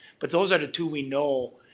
but those are the two we know.